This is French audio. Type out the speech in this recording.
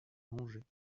angers